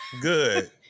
Good